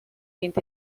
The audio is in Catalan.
vint